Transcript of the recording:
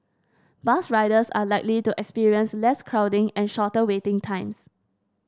bus riders are likely to experience less crowding and shorter waiting times